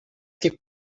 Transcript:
que